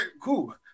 cool